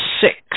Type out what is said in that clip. six